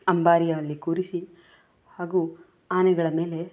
ಅಂಬಾರಿಯಲ್ಲಿ ಕೂರಿಸಿ ಹಾಗೂ ಆನೆಗಳ ಮೇಲೆ